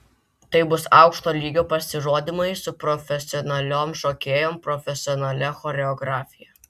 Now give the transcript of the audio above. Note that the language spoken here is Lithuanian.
tai bus aukšto lygio pasirodymai su profesionaliom šokėjom profesionalia choreografija